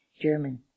German